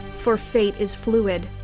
for fate is fluid,